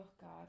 God